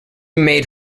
made